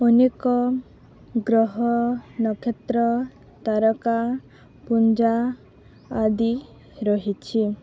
ଅନେକ ଗ୍ରହ ନକ୍ଷତ୍ର ତାରକା ପୁଞ୍ଜ ଆଦି ରହିଛି